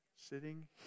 sitting